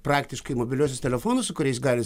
praktiškai mobiliuosius telefonus su kuriais gali